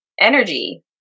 energy